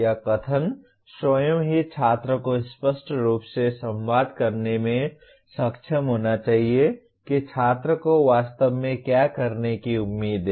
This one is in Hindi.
यह कथन स्वयं ही छात्र को स्पष्ट रूप से संवाद करने में सक्षम होना चाहिए कि छात्र को वास्तव में क्या करने की उम्मीद है